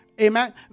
amen